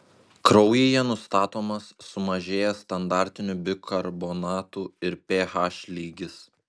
kraujyje nustatomas sumažėjęs standartinių bikarbonatų ir ph lygis